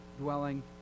dwelling